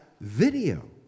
video